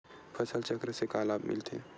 फसल चक्र से का लाभ मिलथे?